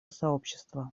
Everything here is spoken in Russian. сообщества